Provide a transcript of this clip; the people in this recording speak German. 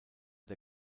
der